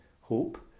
hope